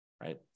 right